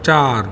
चारि